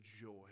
joy